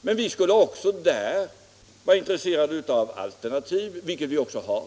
Vi skulle också i det här avseendet vara intresserade av alternativ, vilket vi har.